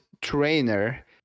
trainer